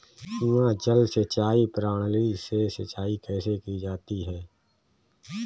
कुआँ जल सिंचाई प्रणाली से सिंचाई कैसे की जाती है?